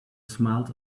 smiled